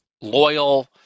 loyal